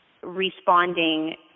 responding